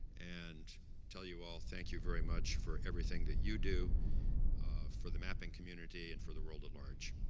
and tell you all thank you very much for everything that you do for the mapping community and for the world at large,